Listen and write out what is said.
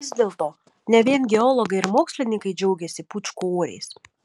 vis dėlto ne vien geologai ir mokslininkai džiaugiasi pūčkoriais